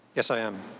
yes, i am.